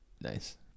Nice